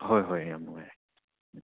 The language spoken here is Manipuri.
ꯍꯣꯏ ꯍꯣꯏ ꯌꯥꯝ ꯅꯨꯡꯉꯥꯏꯔꯦ